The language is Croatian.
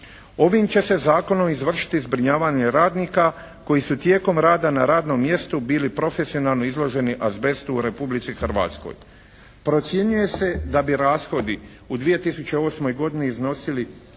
Ovim će se zakonom izvršiti zbrinjavanje radnika koji su tijekom rada na radnom mjestu bili profesionalno izloženi azbestu u Republici Hrvatskoj. Procjenjuje se da bi rashodi u 2008. godini iznosili